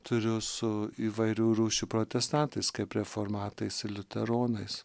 turiu su įvairių rūšių protestantais kaip reformatais ir liuteronais